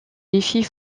défis